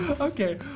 Okay